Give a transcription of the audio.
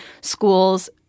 schools